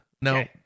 no